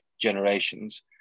generations